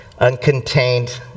uncontained